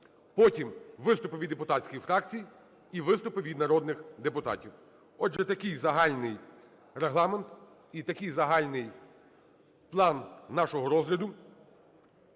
Потім – виступи від депутатських фракцій і виступи народних депутатів. Отже, такий загальний регламент і такий загальний план нашого розгляду,